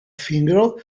fingro